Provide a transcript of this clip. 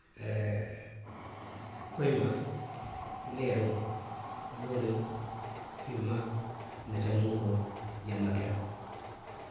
E koyimaa, wuleeriŋo, buluuriŋo. finmaa. netemunkoo. janbakeroo